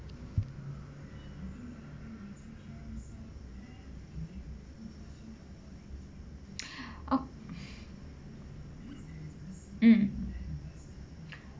oh mm